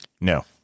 No